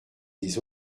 des